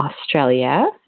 Australia